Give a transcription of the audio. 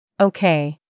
Okay